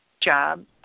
job